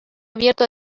abierto